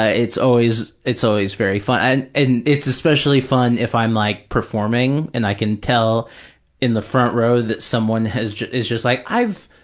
ah it's always, it's always very fun, and it's especially fun if i'm like performing and i can tell in the front row that someone is just like, i've